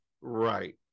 Right